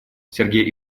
сергей